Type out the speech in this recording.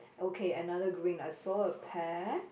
okay another green I saw a pear